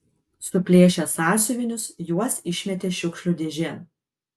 suplėšę sąsiuvinius juos išmetė šiukšlių dėžėn